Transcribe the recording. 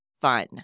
fun